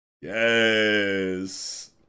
Yes